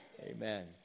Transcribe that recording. Amen